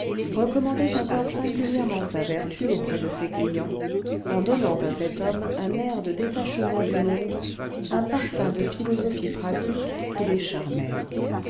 recommandaient encore singulièrement sa vertu auprès de ses clients en donnant à cet homme un air de détachement du monde un parfum de philosophie pratique qui les charmait